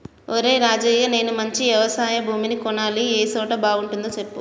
ఒరేయ్ రాజయ్య నేను మంచి యవశయ భూమిని కొనాలి ఏ సోటు బాగుంటదో సెప్పు